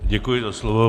Děkuji za slovo.